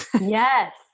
Yes